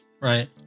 Right